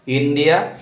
India